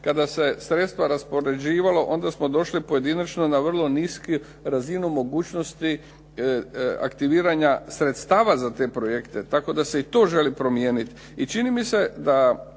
kada se sredstva raspoređivala onda smo došli pojedinačno na vrlo nisku razinu mogućnosti aktiviranja sredstava za te projekte. Tako da se i to želi promijeniti.